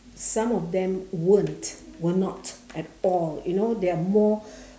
some of them won't will not at all you know they are more